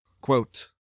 quote